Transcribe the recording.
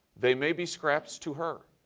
they may be scraps to her,